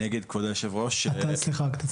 אני אגיד כבוד היו"ר, אני אגיד